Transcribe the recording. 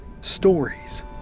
stories